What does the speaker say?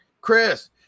Chris